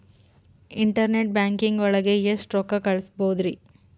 Internet banking ಒಳಗೆ ಎಷ್ಟ್ ರೊಕ್ಕ ಕಲ್ಸ್ಬೋದ್ ರಿ?